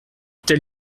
tels